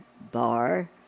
bar